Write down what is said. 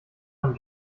von